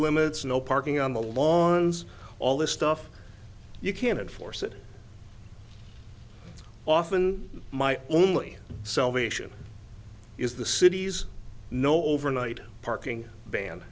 limits no parking on the lawns all this stuff you can't enforce it often might only salvation is the city's no overnight parking ban